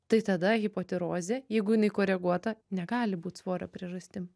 tai tada hipotirozė jeigu jinai koreguota negali būt svorio priežastim